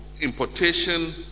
importation